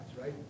right